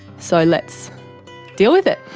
so let's deal with it,